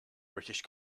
british